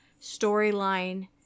storyline